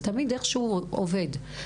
זה תמיד איכשהו עובד,